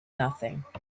nothing